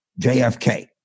JFK